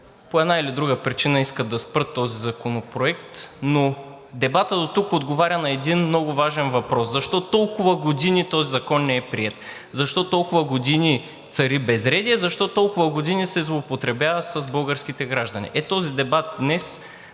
по една или друга причина искат да спрат този законопроект. Но дебатът дотук отговаря на един много важен въпрос: защо толкова години този закон не е приет; защо толкова години цари безредие; защо толкова години се злоупотребява с българските граждани? Е, този дебат днес